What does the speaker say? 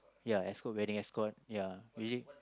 ya escort wedding escort ya usually